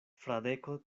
fradeko